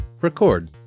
record